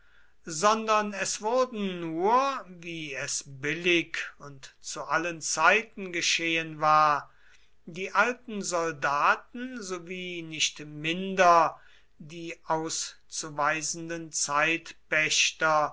sondern es wurden nur wie es billig und zu allen zeiten geschehen war die alten soldaten sowie nicht minder die auszuweisenden zeitpächter